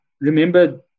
remember